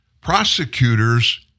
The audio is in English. Prosecutors